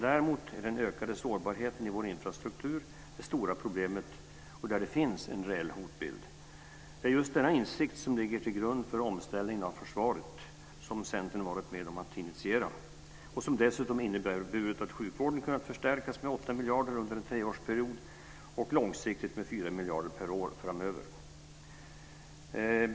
Däremot är den ökade sårbarheten i vår infrastruktur det stora problemet, och där finns en reell hotbild. Det är just denna insikt som ligger till grund för omställningen av försvaret, som Centern varit med om att initiera och som dessutom inneburit att sjukvården kunnat förstärkas med åtta miljarder under en treårsperiod och långsiktigt med fyra miljarder per år.